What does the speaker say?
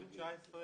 אז מה בעצם עשינו?